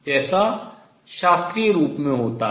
जैसा शास्त्रीय रूप में होता है